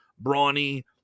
brawny